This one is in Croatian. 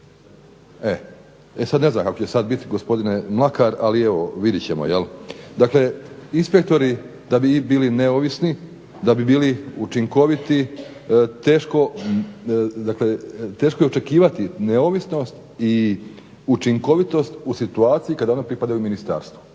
E sada ne znam, kako će sada biti gospodine Mlakar, ali evo vidjeti ćemo je li. Dakle, inspektori da bi bili neovisni, da bi bili učinkoviti teško, dakle teško je očekivati neovisnost i učinkovitost u situaciji kada one pripadaju ministarstvu.